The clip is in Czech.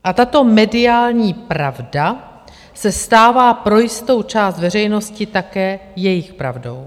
A tato mediální pravda se stává pro jistou část veřejnosti také jejich pravdou.